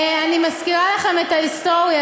אני מזכירה לכם את ההיסטוריה.